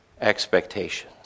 expectations